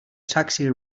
taxi